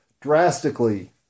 drastically